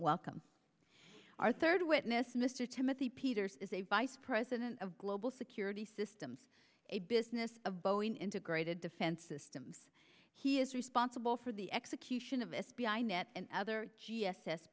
welcome our third witness mr timothy peters is a vice president of global security systems a business of boeing integrated defense systems he is responsible for the execution of f b i net and other g s s